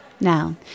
Now